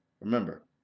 Remember